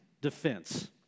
defense